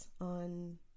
on